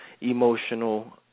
emotional